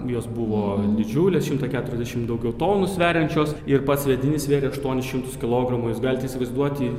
jos buvo didžiulės šimto keturiasdešim daugiau tonų sveriančios ir pats sviedinys svėrė aštuonis šimtus kilogramų jūs galite įsivaizduoti